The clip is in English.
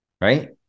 right